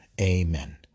Amen